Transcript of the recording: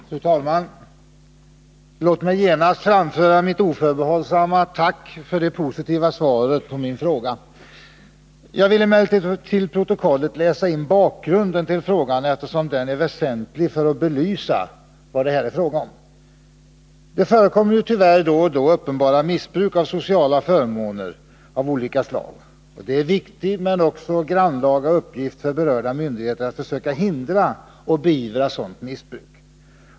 Fru talman! Låt mig genast framföra mitt oförbehållsamma tack för det positiva svaret på min fråga. Jag vill emellertid till protokollet läsa in bakgrunden till frågan, eftersom den är väsentlig för att belysa vad det här rör sig om. Det förekommer tyvärr då och då uppenbart missbruk av sociala förmåner av olika slag. Det är en viktig — men också grannlaga — uppgift för berörda myndigheter att försöka hindra och beivra sådant missbruk.